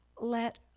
let